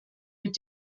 mit